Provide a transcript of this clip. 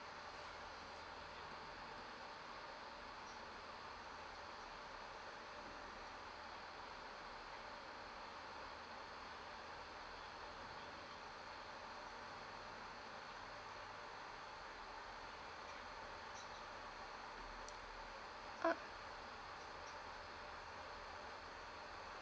ah